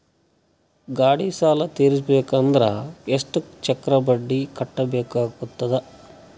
ಗಾಡಿ ಸಾಲ ತಿರಸಬೇಕಂದರ ಎಷ್ಟ ಚಕ್ರ ಬಡ್ಡಿ ಕಟ್ಟಬೇಕಾಗತದ?